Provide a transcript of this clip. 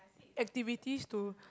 activities to